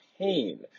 pain